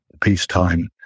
peacetime